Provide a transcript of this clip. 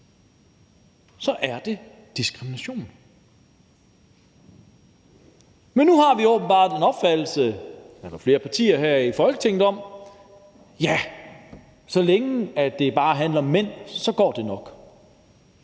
er det diskrimination. Men nu har vi åbenbart en opfattelse blandt flere partier her i Folketinget om, at så længe det bare handler om mænd, går det nok;